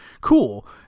cool